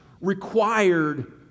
required